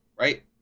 right